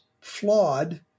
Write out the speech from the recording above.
flawed